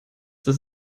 das